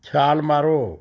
ਛਾਲ ਮਾਰੋ